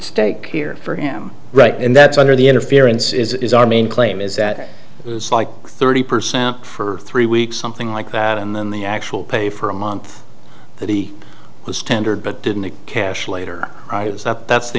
stake here for him right and that's under the interference is our main claim is that it was like thirty percent for three weeks something like that and then the actual pay for a month that he was tendered but didn't cash later that's the